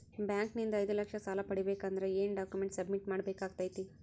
Bank ನಿಂದ ಐದು ಲಕ್ಷ ಸಾಲ ಪಡಿಬೇಕು ಅಂದ್ರ ಏನ ಡಾಕ್ಯುಮೆಂಟ್ ಸಬ್ಮಿಟ್ ಮಾಡ ಬೇಕಾಗತೈತಿ?